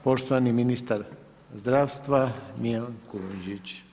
Poštovani ministar zdravstva Milan Kujundžić.